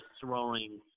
throwing